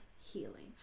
healing